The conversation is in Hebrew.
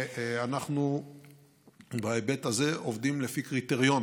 בהיבט הזה אנחנו עובדים לפי קריטריון